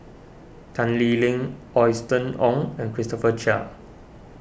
Tan Lee Leng Austen Ong and Christopher Chia